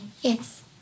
Yes